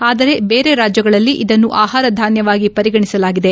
ಆದರೆ ಬೇರೆ ರಾಜ್ಯಗಳಲ್ಲಿ ಇದನ್ನು ಆಹಾರಧಾನ್ಯವಾಗಿ ಪರಿಗಣಿಸಲಾಗಿದೆ